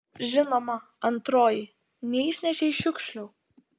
žinoma antroji neišnešei šiukšlių